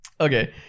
Okay